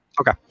Okay